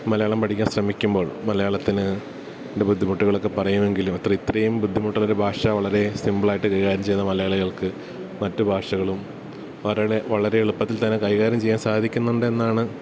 മലയാളം പഠിക്കാൻ ശ്രമിക്കുമ്പോൾ മലയാളത്തിന് ബുദ്ധിമുട്ട്കളൊക്കെ പറയുമെങ്കിലും അത്രഇത്രയും ബുദ്ധിമുട്ടൊള്ളൊരു ഭാഷ വളരെ സിമ്പ്ളായിട്ട് കൈകാര്യം ചെയ്യുന്ന മലയാളികൾക്ക് മറ്റ് ഭാഷകളും അവരുടെ വളരെ എളുത്തിൽ തന്നെ കൈകാര്യം ചെയ്യാൻ സാധിക്കുന്നുണ്ട് എന്നാണ്